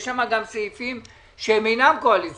יש שם גם סעיפים שהם אינם קואליציוניים.